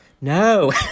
No